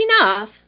enough